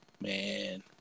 Man